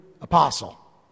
apostle